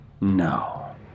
No